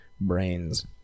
brains